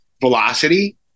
velocity